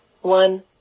One